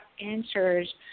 answers